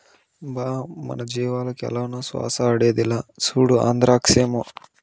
బా మన జీవాలకు ఏలనో శ్వాస ఆడేదిలా, సూడు ఆంద్రాక్సేమో